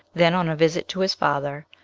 then on a visit to his father,